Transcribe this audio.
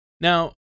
Now